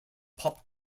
pop